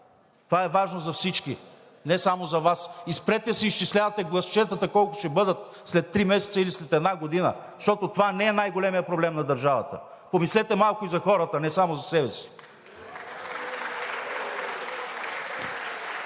Това е важно за всички, не само за Вас. И спрете да си изчислявате гласчетата колко ще бъдат след три месеца или след една година, защото това не е най-големият проблем на държавата. Помислете малко и за хората, не само за себе си!